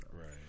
Right